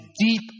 deep